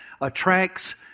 attracts